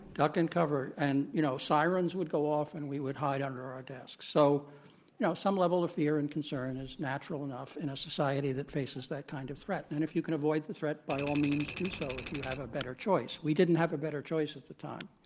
duck and cover. and, you know, sirens would go off, and we would hide under our desks, so, you know, some level of fear and concern is natural enough in a society thatfaces that kind of threat. and and if you can avoid the threat, by all means, do so if you have a better choice. we didn't have a better choice at the time.